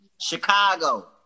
Chicago